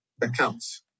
accounts